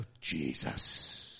Jesus